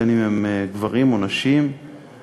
בין שהם גברים ובין שהם נשים,